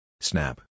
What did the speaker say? Snap